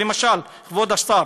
למשל, כבוד השר,